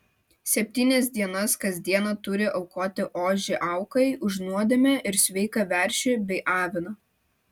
septynias dienas kas dieną turi aukoti ožį aukai už nuodėmę ir sveiką veršį bei aviną